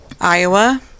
Iowa